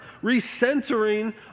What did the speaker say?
recentering